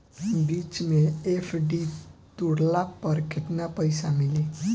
बीच मे एफ.डी तुड़ला पर केतना पईसा मिली?